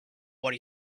what